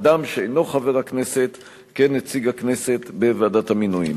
אדם שאינו חבר הכנסת כנציג הכנסת בוועדת המינויים.